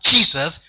Jesus